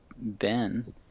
Ben –